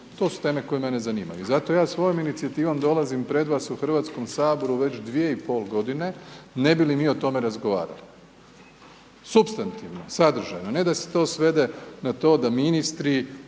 To su teme koje mene zanimaju. Zato ja svojom inicijativom dolazim pred vas u HS-u već dvije i pol godine ne bi li mi o tome razgovarali. Supstantivno, sadržajno, ne da se to svede na to da ministri